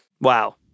Wow